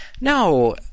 no